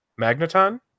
Magneton